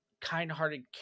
kind-hearted